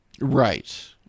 Right